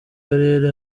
karere